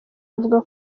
bavuga